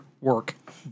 work